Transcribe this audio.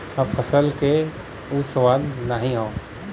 अब फसल क उ स्वाद नाही हौ